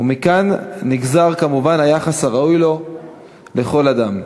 ומכאן נגזר כמובן היחס הראוי לכל אדם.